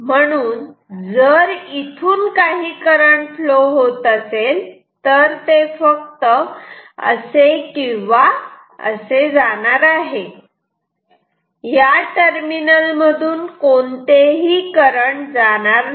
म्हणून जर इथून काही करंट फ्लो होत असेल तर ते फक्त असे किंवा असे जाणार आहे या टर्मिनल मधून कोणतेही करंट जाणार नाही